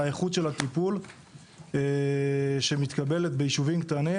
האיכות של הטיפול שמתקבלת בישובים קטנים.